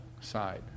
side